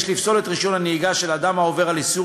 יש לפסול את רישיון הנהיגה של אדם העובר על איסור